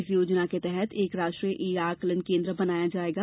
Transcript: इस योजना के तहत एक राष्ट्रीय ई आंकलन केन्द्र बनाया जायेगा